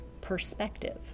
perspective